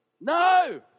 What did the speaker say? No